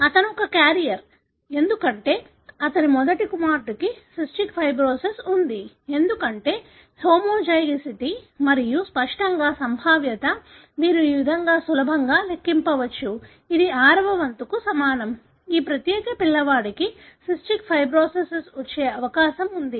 అతను ఒక క్యారియర్ ఎందుకంటే అతని మొదటి కుమారుడికి సిస్టిక్ ఫైబ్రోసిస్ ఉంది ఎందుకంటే హోమోజైగోసిటీ మరియు స్పష్టంగా సంభావ్యత మీరు ఈ విధంగా సులభంగా లెక్కించవచ్చు ఇది ఆరవ వంతుకి సమానం ఈ ప్రత్యేక పిల్లవాడికి సిస్టిక్ ఫైబ్రోసిస్ వచ్చే అవకాశం ఉంది